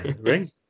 ring